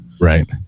Right